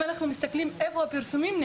אם אנחנו מסתכלים איפה היו הפרסומים,